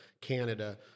canada